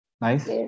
Nice